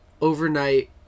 overnight